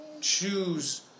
choose